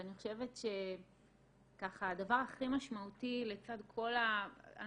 ואני חושבת שהדבר הכי משמעותי לצד כל --- אני